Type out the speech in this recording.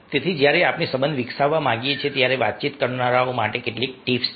તેથી જ્યારે આપણે સંબંધ વિકસાવવા માંગીએ છીએ ત્યારે વાતચીત કરનારાઓ માટે કેટલીક ટીપ્સ છે